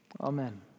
Amen